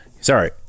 Sorry